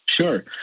Sure